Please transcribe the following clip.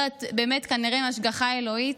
אני לא יודעת, כנראה עם השגחה אלוהית,